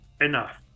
enough